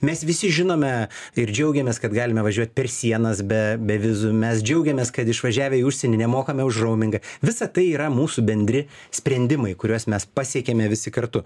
mes visi žinome ir džiaugiamės kad galime važiuot per sienas be be vizų mes džiaugiamės kad išvažiavę į užsienį nemokame už raumingą visa tai yra mūsų bendri sprendimai kuriuos mes pasiekėme visi kartu